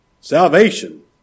Salvation